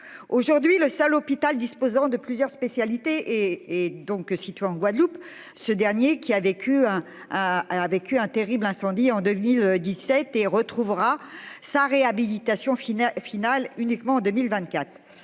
Aujourd'hui le seul hôpital disposant de plusieurs spécialités est donc situé en Guadeloupe. Ce dernier, qui a vécu hein ah a vécu un terrible incendie en. 17 et retrouvera sa réhabilitation Finnair. Uniquement 2024.